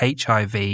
HIV